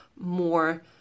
more